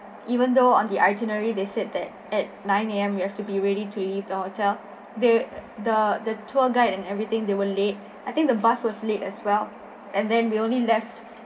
even though on the itinerary they said that at nine A_M you have to be ready to leave the hotel they the the tour guide and everything they were late I think the bus was late as well and then we only left